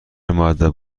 مودب